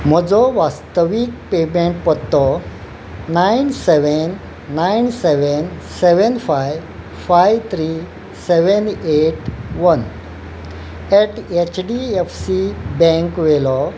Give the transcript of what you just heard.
म्हजो वास्तवीक पेमेंट पत्तो nine seven seven seven five five three seven eight one eight H D F C bank वेलो